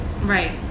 Right